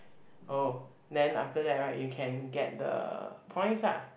oh then after that right you can get the points lah